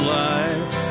life